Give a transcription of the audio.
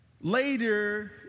Later